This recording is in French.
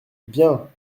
bien